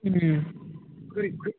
ಹ್ಞೂ